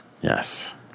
yes